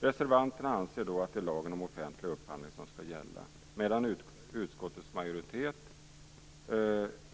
Reservanterna anser att det är lagen om offentlig upphandling som skall gälla, medan utskottets majoritet,